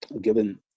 given